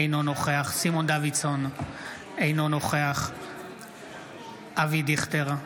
אינו נוכח סימון דוידסון, אינו נוכח אבי דיכטר,